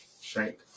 Shank